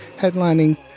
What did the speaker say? headlining